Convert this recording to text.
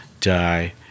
Die